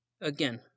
Again